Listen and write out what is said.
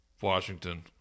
Washington